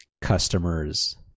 customers